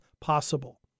possible